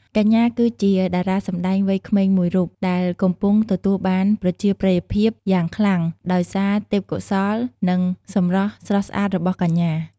កញ្ញាគឺជាតារាសម្តែងវ័យក្មេងមួយរូបដែលកំពុងទទួលបានប្រជាប្រិយភាពយ៉ាងខ្លាំង ដោយសារទេពកោសល្យ និងសម្រស់ស្រស់ស្អាតរបស់កញ្ញា។